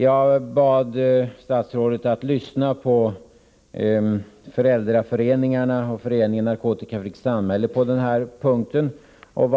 Jag bad statsrådet att lyssna på föräldraföreningarna och Föreningen Narkotikafritt samhälle på denna punkt.